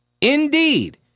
Indeed